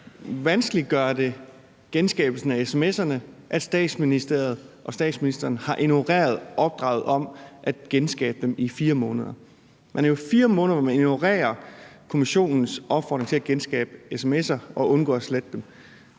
Vanskeliggør det genskabelsen af sms'erne, at Statsministeriet og statsministeren har ignoreret opdraget om at genskabe dem i 4 måneder? Det er jo i 4 måneder, man ignorerer kommissionens opfordring til at genskabe sms'er og undgå at slette dem.